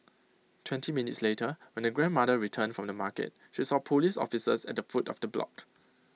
twenty minutes later when the grandmother returned from the market she saw Police officers at the foot of the block